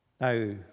Now